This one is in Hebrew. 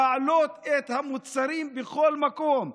להעלות את המוצרים בכל מקום.